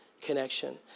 connection